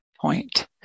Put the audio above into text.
point